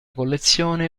collezione